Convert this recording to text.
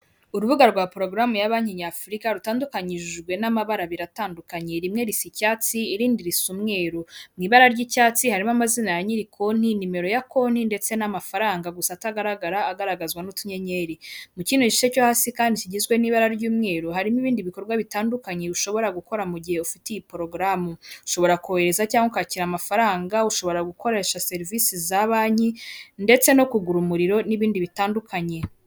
Urubuga rwa porogaramu ya banki nyafurika rutandukanyijwe n'amabara abiri atandukanye rimwe risa icyatsi irindi risa umweru, mu ibara ry'icyatsi harimo amazina ya nyiri konti, nimero ya konti ndetse n'amafaranga gusa atagaragara agaragazwa n'utunyenyeri, mu kindi gice cyo hasi kandi kigizwe n'ibara ry'umweru harimo ibindi bikorwa bitandukanye ushobora gukora mu gihe ufiteti iyi porogaramu ushobora kohereza cyangwa ukakira amafaranga, ushobora gukoresha serivisi za banki ndetse no kugura umuriro n'ibindi bitandukanye.